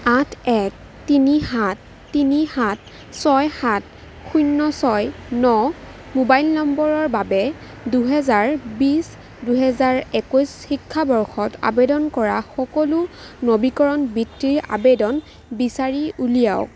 আঠ এক তিনি সাত তিনি সাত ছয় সাত শূণ্য় ছয় ন মোবাইল নম্বৰৰ বাবে দুহেজাৰ বিশ দুহেজাৰ একৈছ শিক্ষাবৰ্ষত আবেদন কৰা সকলো নবীকৰণ বৃত্তিৰ আবেদন বিচাৰি উলিয়াওক